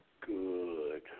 good